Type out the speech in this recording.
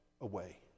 away